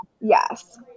Yes